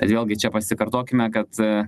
vėlgi čia pasikartokime kad